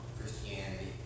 Christianity